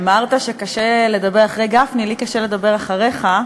אמרת שקשה לדבר אחרי גפני, לי קשה לדבר אחריך,